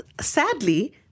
sadly